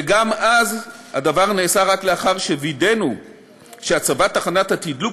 וגם אז הדבר נעשה רק לאחר שווידאנו שהצבת תחנת התדלוק